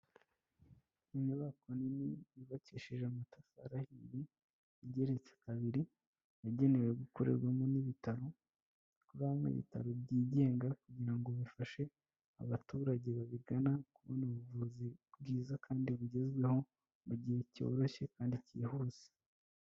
Inyubako nini yubakishije amatafari ahiye, igeretse kabiri, yagenewe gukorerwamo n'ibitaro byigenga kugira ngo bifashe abaturage babigana kubona ubuvuzi bwiza kandi bugezweho, mu gihe cyoroshye kandi cyihuse.